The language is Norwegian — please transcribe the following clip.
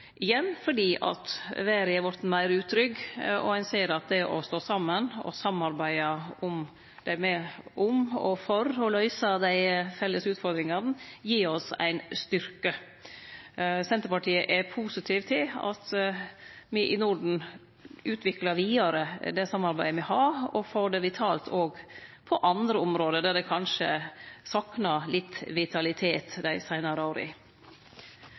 igjen fordi verda har vorte meir utrygg og ein ser at det å stå saman og samarbeide om å løyse dei felles utfordringane gir oss styrke. Senterpartiet er positive til at me i Norden utviklar vidare det samarbeidet me har, og får det vitalt òg på andre område, der ein kanskje har sakna litt vitalitet dei seinare åra.